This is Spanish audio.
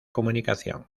comunicación